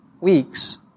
weeks